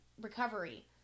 recovery